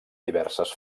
diverses